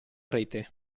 rete